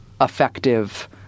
effective